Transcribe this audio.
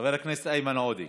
חבר הכנסת איימן אודה,